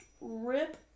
rip